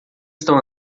estão